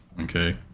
Okay